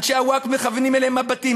אנשי הווקף מכוונים אליהם מבטים,